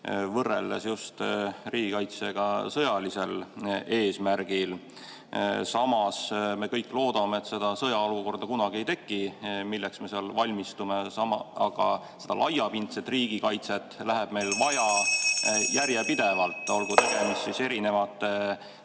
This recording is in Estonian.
võrreldes just riigikaitsega sõjalisel eesmärgil. Samas me kõik loodame, et seda sõjaolukorda kunagi ei teki, milleks me seal valmistume. Aga seda laiapindset riigikaitset läheb meil vaja (Juhataja helistab kella.) järjepidevalt, olgu tegemist siis erinevate